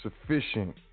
Sufficient